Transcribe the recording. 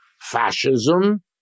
Fascism